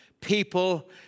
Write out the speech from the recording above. people